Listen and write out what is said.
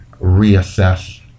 reassess